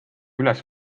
üles